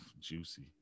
Juicy